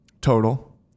total